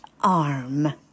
arm